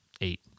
eight